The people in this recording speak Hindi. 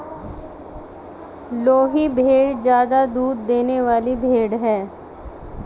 लोही भेड़ ज्यादा दूध देने वाली भेड़ है